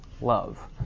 love